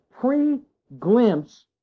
pre-glimpse